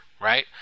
right